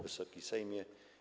Wysoki Sejmie!